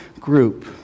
group